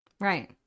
Right